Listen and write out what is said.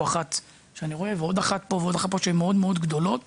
אני רואה פה שלוש שהן מאוד גדולות